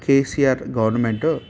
KCR government